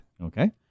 Okay